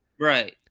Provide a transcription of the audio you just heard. Right